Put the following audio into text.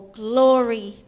glory